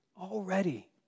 already